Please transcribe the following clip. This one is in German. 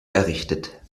errichtet